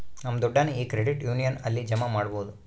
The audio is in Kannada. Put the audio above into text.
ನಮ್ ದುಡ್ಡನ್ನ ಈ ಕ್ರೆಡಿಟ್ ಯೂನಿಯನ್ ಅಲ್ಲಿ ಜಮಾ ಮಾಡ್ಬೋದು